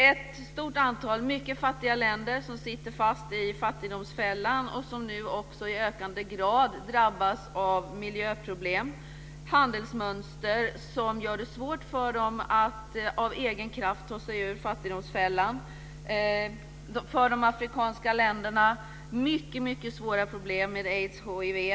Ett stort antal mycket fattiga länder sitter fast i fattigdomsfällan och drabbas nu också i ökande grad av miljöproblem och av handelsmönster som gör det svårt för dem att av egen kraft ta sig ur fattigdomsfällan. De afrikanska länderna har mycket svåra problem med aids och hiv.